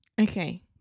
Okay